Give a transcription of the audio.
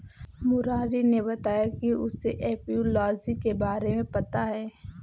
मुरारी ने बताया कि उसे एपियोलॉजी के बारे में पता है